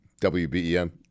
W-B-E-N